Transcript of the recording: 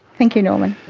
thank you norman.